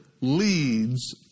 leads